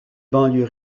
banlieue